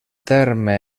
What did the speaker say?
terme